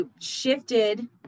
shifted